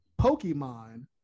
Pokemon